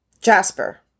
Jasper